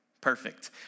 perfect